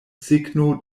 signo